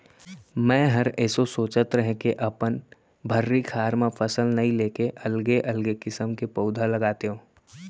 मैंहर एसो सोंचत रहें के अपन भर्री खार म फसल नइ लेके अलगे अलगे किसम के पउधा लगातेंव